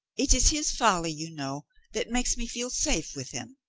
it is his folly, you know, that makes me feel safe with him.